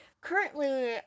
currently